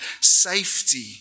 safety